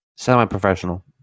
Semi-professional